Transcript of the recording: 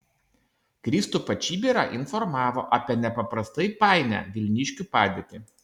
kristupą čibirą informavo apie nepaprastai painią vilniškių padėtį